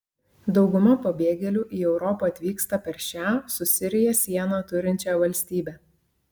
dauguma pabėgėlių į europą atvyksta per šią su sirija sieną turinčią valstybę